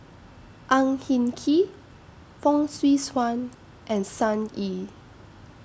Ang Hin Kee Fong Swee Suan and Sun Yee